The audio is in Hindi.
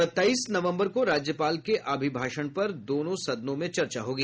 सत्ताईस नवंबर को राज्यपाल के अभिभाषण पर दोनों सदनों में चर्चा होगी